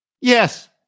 Yes